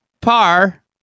par